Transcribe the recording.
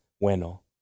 bueno